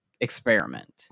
experiment